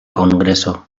kongreso